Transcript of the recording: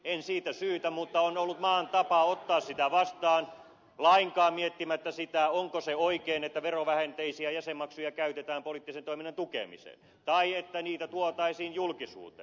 en siitä syytä mutta on ollut maan tapa ottaa sitä vastaan lainkaan miettimättä sitä onko se oikein että verovähenteisiä jäsenmaksuja käytetään poliittisen toiminnan tukemiseen tai että niitä tuotaisiin julkisuuteen